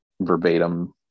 verbatim